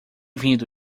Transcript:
vindo